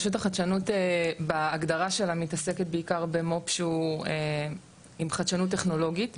רשות החדשנות בהגדרה שלה מתעסקת בעיקר במו"פ שהוא עם חדשנות טכנולוגית,